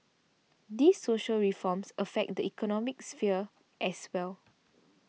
these social reforms affect the economic sphere as well